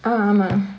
uh ஆமா:aamaa